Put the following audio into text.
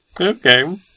Okay